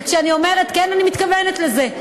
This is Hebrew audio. וכשאני אומרת כן אני מתכוונת לזה.